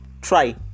Try